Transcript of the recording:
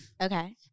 Okay